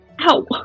Ow